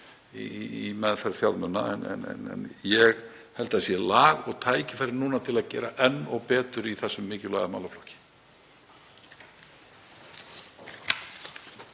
í meðferð fjármuna. En ég held að það sé lag og tækifæri núna til að gera enn betur í þessum mikilvæga málaflokki.